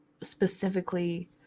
specifically